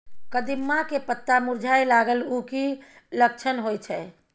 कदिम्मा के पत्ता मुरझाय लागल उ कि लक्षण होय छै?